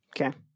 Okay